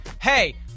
hey